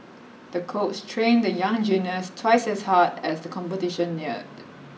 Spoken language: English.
the coach trained the young gymnast twice as hard as the competition neared